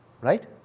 right